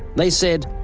they said,